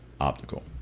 Optical